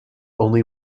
only